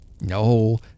No